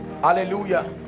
hallelujah